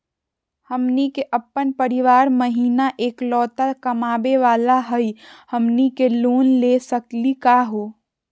हमनी के अपन परीवार महिना एकलौता कमावे वाला हई, हमनी के लोन ले सकली का हो?